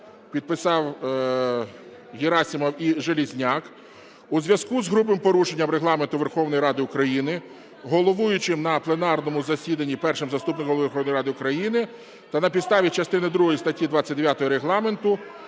Підписав Герасимов і Железняк. "У зв'язку з грубим порушенням Регламенту Верховної Ради України головуючим на пленарному засіданні Першим заступником Голови Верховної Ради України та на підставі частини другої статті 29 Регламенту